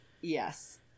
Yes